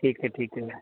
ਠੀਕ ਹੈ ਠੀਕ ਹੈ